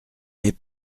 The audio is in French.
mes